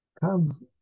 comes